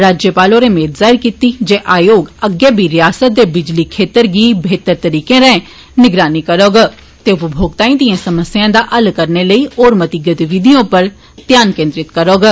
राज्यपाल होरें मेद जाहिर कीती जे आयोग अग्गै बी रियासत दे बिजली क्षेत्र दी बेहतर रांए निगरानी करोग ते उपभोक्ताएं दिएं समस्याएं दा हल करने लेई होर मती गतिविधिए उप्पर ध्यान केन्द्रीत करौग